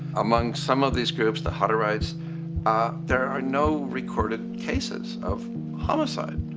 among some of these groups, the hutterites there are no recorded cases of homicide.